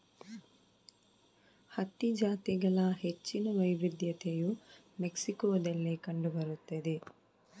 ಹತ್ತಿ ಜಾತಿಗಳ ಹೆಚ್ಚಿನ ವೈವಿಧ್ಯತೆಯು ಮೆಕ್ಸಿಕೋದಲ್ಲಿ ಕಂಡು ಬರುತ್ತದೆ